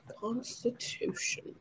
Constitution